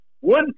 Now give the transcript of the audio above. one